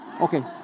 Okay